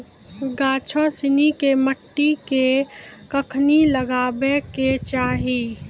गाछो सिनी के मट्टी मे कखनी लगाबै के चाहि?